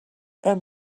and